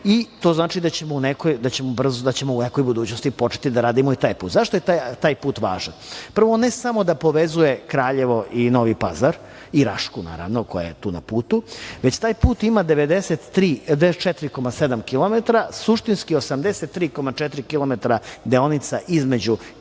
i to znači da ćemo u nekoj budućnosti početi da radimo i taj put.Zašto je taj put važan? Prvo, ne samo da povezuje Kraljevo i Novi Pazar i Rašku, naravno, koja je tu na putu, već taj put ima 94,7 kilometara, suštinski 83,4 kilometra deonica između